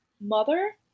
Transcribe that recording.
mother